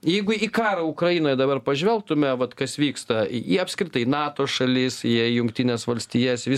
jeigu į karą ukrainoj dabar pažvelgtume vat kas vyksta į apskritai nato šalis į jungtines valstijas vis